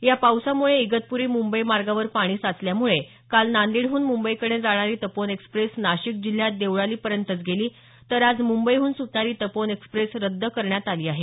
या पावसामुळे इगतपुरी मुंबई मार्गाव पाणी साचल्यामुळे काल नांदेडहून मुंबईकडे जाणारी तपोवन एक्सप्रेस नाशिक जिल्ह्यात देवळालीपर्यंतच गेली तर आज मुंबईहून सुटणारी तपोवन एक्सप्रेस रद्द करण्यात आली आहे